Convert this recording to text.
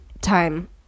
time